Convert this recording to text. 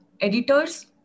editors